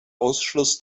ausschluss